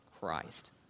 Christ